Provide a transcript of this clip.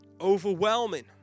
overwhelming